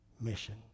mission